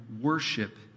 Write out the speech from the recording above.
worship